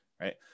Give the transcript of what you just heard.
right